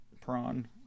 prawn